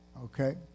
Okay